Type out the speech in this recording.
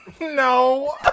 no